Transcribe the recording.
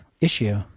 issue